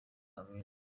amina